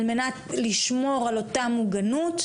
על מנת לשמור על אותה מוגנות,